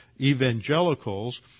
evangelicals